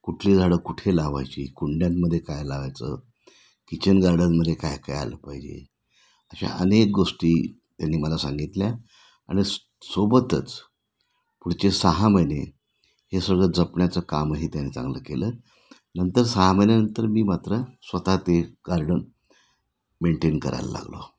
कुठली झाडं कुठे लावायची कुंड्यांमध्ये काय लावायचं किचन गार्डनमध्ये काय काय आलं पाहिजे अशा अनेक गोष्टी त्याने मला सांगितल्या आणि सोबतच पुढचे सहा महिने हे सगळं जपण्याचं कामही त्याने चांगलं केलं नंतर सहा महिन्यानंतर मी मात्र स्वतः ते गार्डन मेंटेन करायला लागलो